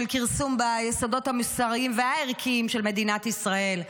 כרסום ביסודות המוסריים והערכיים של מדינת ישראל,